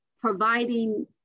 providing